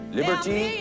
liberty